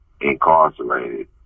incarcerated